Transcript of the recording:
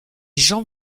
jean